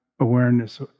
Awareness